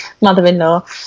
mother-in-law